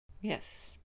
Yes